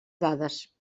dades